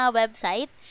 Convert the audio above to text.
website